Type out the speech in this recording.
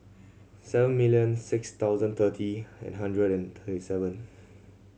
seven million six thousand thirty and hundred and twenty seven